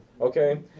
okay